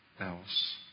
else